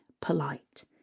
polite